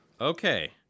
Okay